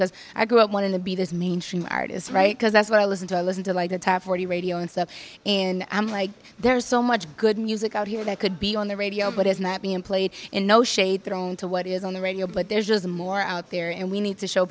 because i grew up wanting to be those mainstream artists right because that's what i listen to i listen to like the top forty radio and stuff and i'm like there's so much good music out here that could be on the radio but is not being played in no shape their own to what is on the radio but there's just a more out there and we need to show